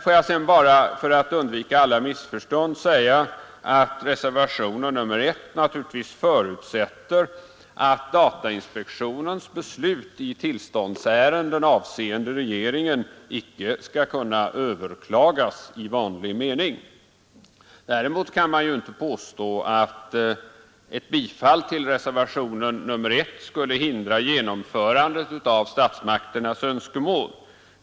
Får jag sedan bara, för att undvika alla missförstånd, säga att reservationen 1 naturligtvis förutsätter att datainspektionens beslut i tillståndsärenden avseende regeringen icke skall kunna överklagas i vanlig mening. Däremot kan man ju inte påstå att ett bifall till reservationen 1 skulle hindra genomförandet av statsmakternas önskemål.